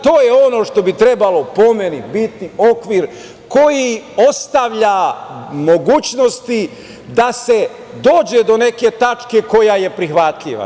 To je ono što bi trebalo, po meni, biti okvir koji ostavlja mogućnosti da se dođe do neke tačke koja je prihvatljiva.